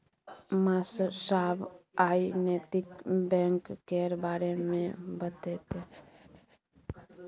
मास्साब आइ नैतिक बैंक केर बारे मे बतेतै